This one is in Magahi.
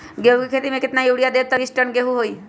गेंहू क खेती म केतना यूरिया देब त बिस टन गेहूं होई?